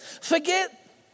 Forget